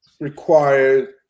required